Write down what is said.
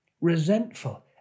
resentful